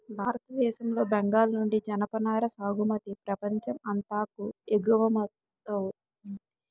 భారతదేశం లో బెంగాల్ నుండి జనపనార సాగుమతి ప్రపంచం అంతాకు ఎగువమౌతుంది